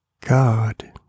God